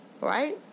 right